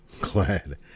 glad